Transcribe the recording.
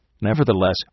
nevertheless